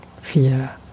fear